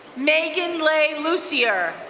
megan lay lucier,